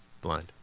Blind